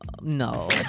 No